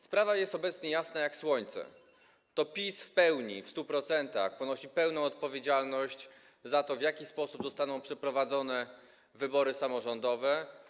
Sprawa jest obecnie jasna jak słońce: to PiS w pełni, w 100% ponosi pełną odpowiedzialność za to, w jaki sposób zostaną przeprowadzone wybory samorządowe.